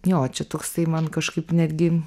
jo čia toksai man kažkaip netgi